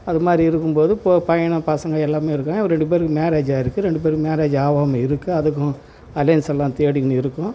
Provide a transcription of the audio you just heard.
அது மாதிரி இருக்கும்போது இப்போது பையனை பசங்கள் எல்லாமே இருக்காங்க ஒரு ரெண்டு பேருக்கு மேரேஜ் ஆகிருக்கு ரெண்டு பேருக்கு மேரேஜ் ஆகாம இருக்குது அதுக்கும் அலைன்ஸ் எல்லாம் தேடிக்கின்னு இருக்கோம்